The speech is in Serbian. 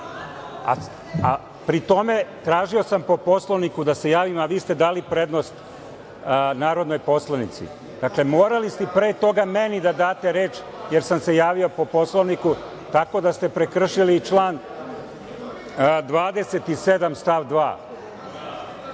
Pritom, tražio sam po Poslovniku da se javim, a vi ste dali prednost narodnoj poslanici. Dakle, morali ste pre toga meni da date reč jer sam se javio po Poslovniku, tako da ste prekršili i član 27. stav 2.